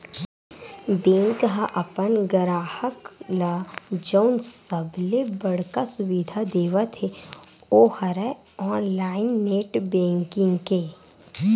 bank ह अपन गराहक ल जउन सबले बड़का सुबिधा देवत हे ओ हरय ऑनलाईन नेट बेंकिंग के